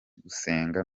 gusenga